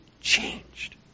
changed